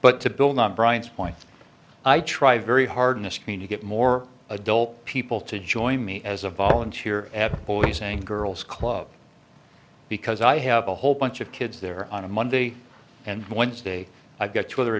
but to build on brian's point i try very hard in a screen to get more adult people to join me as a volunteer at a boys and girls club because i have a whole bunch of kids there on a monday and wednesday i've got two other